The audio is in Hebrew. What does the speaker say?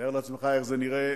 תאר לך איך זה נראה